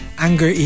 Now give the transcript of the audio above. Anger